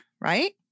right